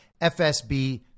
FSB